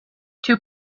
two